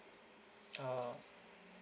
oh